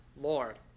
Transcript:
Lord